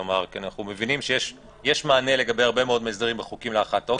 כי אנחנו מבינים שיש מענה לגבי הרבה מאוד הסדרים וחוקים להארכת תוקף.